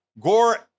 Gore